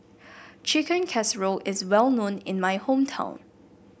Chicken Casserole is well known in my hometown